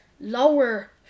lower